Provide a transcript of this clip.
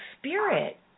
spirit